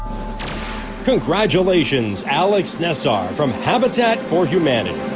congratulations alex nesar from habitat for humanity